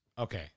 Okay